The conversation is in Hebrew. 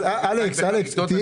לגבי הנזקים,